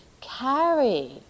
carry